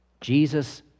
Jesus